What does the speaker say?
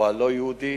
או הלא-יהודי.